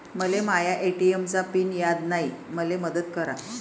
मले माया ए.टी.एम चा पिन याद नायी, मले मदत करा